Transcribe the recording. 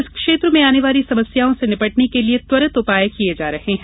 इस क्षेत्र में आने वाली समस्याओं से निपटने के लिए त्वरित उपाय किया जा रहे हैं